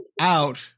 out